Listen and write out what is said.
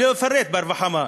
אני לא אפרט ברווחה מה,